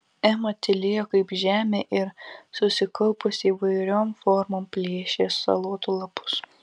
ema tylėjo kaip žemė ir susikaupusi įvairiom formom plėšė salotų lapus